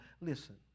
Listen